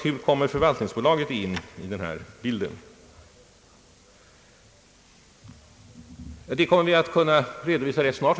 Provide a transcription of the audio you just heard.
Hur kommer förvaltningsbolaget in i denna bild, har man frågat. Det kommer vi att kunna redovisa rätt snart.